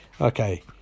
Okay